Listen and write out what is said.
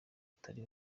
atari